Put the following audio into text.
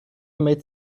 made